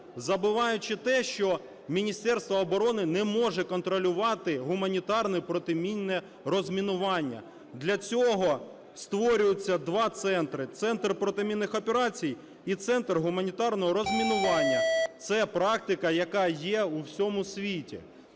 забуваючи те, що Міністерство оборони не може контролювати гуманітарне протимінне розмінування. Для цього створюються два центри: центр протимінних операцій і центр гуманітарного розмінування. Це практика, яка є у всьому світі.